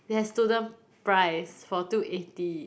they have student price for two eighty